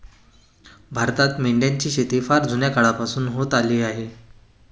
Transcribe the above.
भारतात मेंढ्यांची शेती फार जुन्या काळापासून होत आली आहे